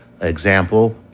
Example